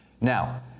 Now